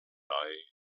night